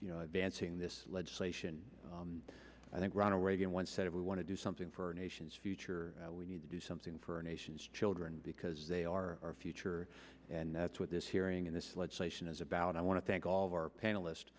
and dancing this legislation i think ronald reagan once said if we want to do something for a nation's future we need to do something for nation's children because they are future and that's what this hearing in this legislation is about i want to thank all of our panelist